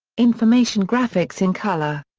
information graphics in colour.